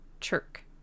chirk